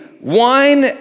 wine